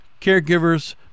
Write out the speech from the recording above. caregivers